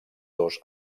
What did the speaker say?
dos